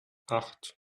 acht